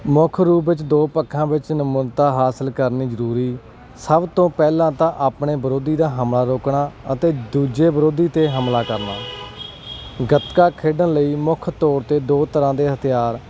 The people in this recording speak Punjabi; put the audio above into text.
ਮੁੱਖ ਰੂਪ ਵਿੱਚ ਦੋ ਪੱਖਾਂ ਵਿੱਚ ਨਿਪੁੰਨਤਾ ਹਾਸਲ ਕਰਨੀ ਜ਼ਰੂਰੀ ਸਭ ਤੋਂ ਪਹਿਲਾਂ ਤਾਂ ਆਪਣੇ ਵਿਰੋਧੀ ਦਾ ਹਮਲਾ ਰੋਕਣਾ ਅਤੇ ਦੂਜੇ ਵਿਰੋਧੀ 'ਤੇ ਹਮਲਾ ਕਰਨਾ ਗਤਕਾ ਖੇਡਣ ਲਈ ਮੁੱਖ ਤੌਰ 'ਤੇ ਦੋ ਤਰ੍ਹਾਂ ਦੇ ਹਥਿਆਰ